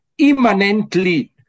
immanently